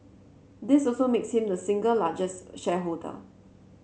this also makes him the single largest shareholder